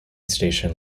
station